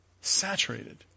saturated